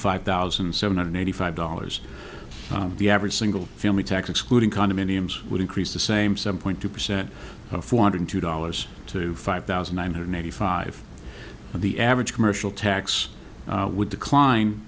five thousand seven hundred eighty five dollars the average single family tax excluding condominiums would increase the same seven point two percent four hundred two dollars to five thousand nine hundred eighty five the average commercial tax would decline